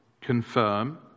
confirm